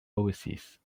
oasis